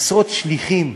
עשרות "שליחים",